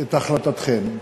את החלטתכם.